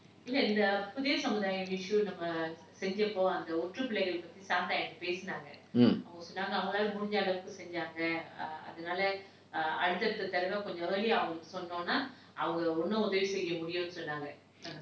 mm